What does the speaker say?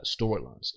storylines